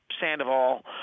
Sandoval